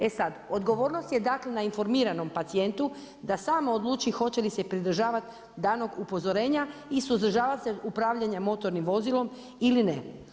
E sad, odgovornost je dakle, na informiranom pacijentu, da sam odluči hoće li se pridržavati danog upozorenja i suzdržavati se upravljanje motornim vozilom ili ne.